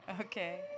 Okay